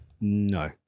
No